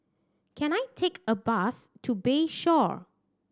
can I take a bus to Bayshore